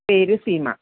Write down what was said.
പേര് സീമ